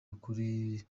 ukuri